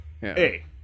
Hey